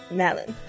melon